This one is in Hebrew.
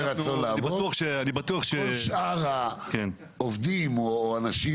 ואני בטוח --- כל שאר העובדים או האנשים